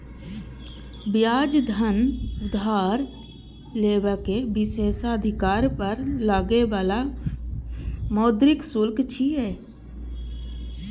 ब्याज धन उधार लेबाक विशेषाधिकार पर लागै बला मौद्रिक शुल्क छियै